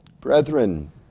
Brethren